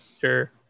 Sure